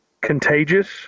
Contagious